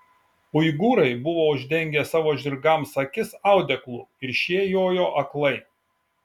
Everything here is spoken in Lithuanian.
uigūrai buvo uždengę savo žirgams akis audeklu ir šie jojo aklai